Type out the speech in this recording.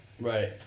Right